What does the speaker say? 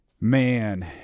Man